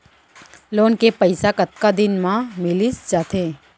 Loan के पइसा कतका दिन मा मिलिस जाथे?